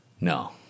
No